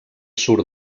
surt